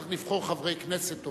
צריך לבחור חברי כנסת טובים.